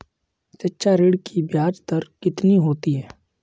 शिक्षा ऋण की ब्याज दर कितनी होती है?